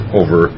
over